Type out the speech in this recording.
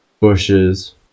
bushes